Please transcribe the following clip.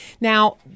Now